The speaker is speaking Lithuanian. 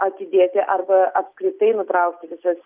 atidėti arba apskritai nutraukti visas